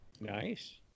Nice